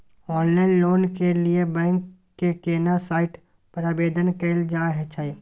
Online loan के लिए bank के केना साइट पर आवेदन कैल जाए छै?